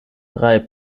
drei